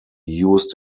used